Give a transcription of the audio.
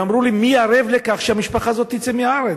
ואמרו לי: מי ערב לכך שהמשפחה הזאת תצא מהארץ?